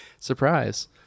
surprise